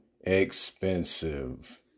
expensive